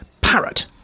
Parrot